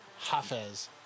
Hafez